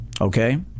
Okay